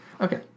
Okay